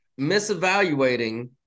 misevaluating